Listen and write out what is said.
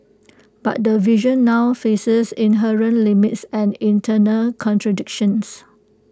but the vision now faces inherent limits and internal contradictions